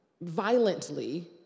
violently